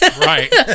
Right